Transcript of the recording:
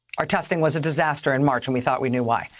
our testing was a disaster in march and we thought we knew why.